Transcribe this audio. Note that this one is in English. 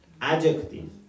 adjective